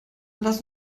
lass